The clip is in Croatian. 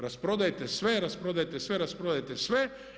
Rasprodajte sve, rasprodajte sve, rasprodajte sve.